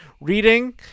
reading